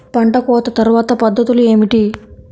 పంట కోత తర్వాత పద్ధతులు ఏమిటి?